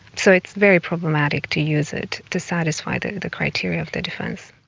so it's very problematic to use it to satisfy the the criteria of the defence.